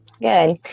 good